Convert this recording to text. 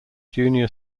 junior